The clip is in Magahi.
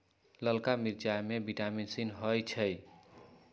ललका मिरचाई में विटामिन सी होइ छइ